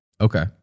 okay